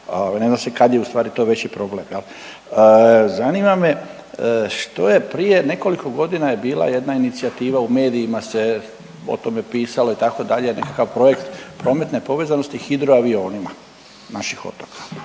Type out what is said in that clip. Ne zna se kad je u stvari to veći problem. Zanima me što je prije nekoliko godina je bila jedna inicijativa u medijima se o tome pisalo itd. nekakav projekt prometne povezanosti hidro avionima naših otoka.